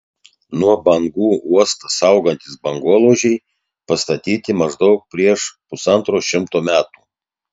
nuo bangų uostą saugantys bangolaužiai pastatyti maždaug prieš pusantro šimto metų